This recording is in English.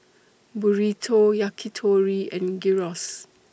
Burrito Yakitori and Gyros